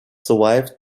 survived